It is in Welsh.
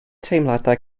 teimladau